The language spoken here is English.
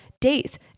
days